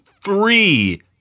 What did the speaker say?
Three